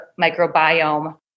microbiome